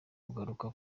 kugaruka